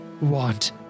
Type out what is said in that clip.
want